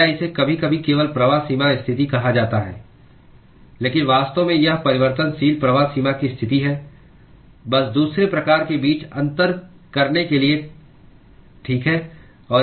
या इसे कभी कभी केवल प्रवाह सीमा स्थिति कहा जाता है लेकिन वास्तव में यह परिवर्तनशील प्रवाह सीमा की स्थिति है बस दूसरे प्रकार के बीच अंतर करने के लिए ठीक है